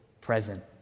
present